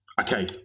okay